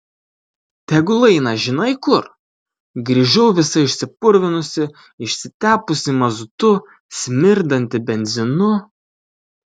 tegul eina žinai kur grįžau visa išsipurvinusi išsitepusi mazutu smirdanti benzinu